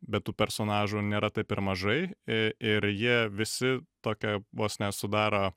bet tų personažų nėra taip ir mažai i ir jie visi tokią vos ne sudaro